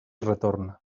retorna